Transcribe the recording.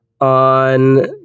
on